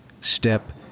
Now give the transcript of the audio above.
step